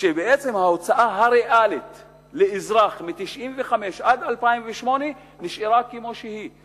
בעצם ההוצאה הריאלית לאזרח מ-1995 עד 2008 נשארה כמו שהיא.